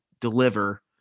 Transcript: deliver